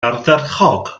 ardderchog